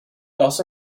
also